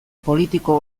politiko